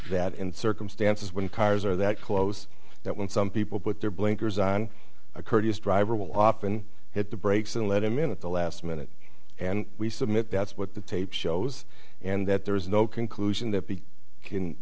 that in circumstances when cars are that close that when some people put their blinkers on a courteous driver will often hit the brakes and let him in at the last minute and we submit that's what the tape shows and that there is no conclusion that